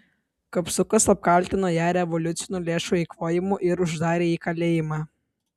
kapsukas apkaltino ją revoliucinių lėšų eikvojimu ir uždarė į kalėjimą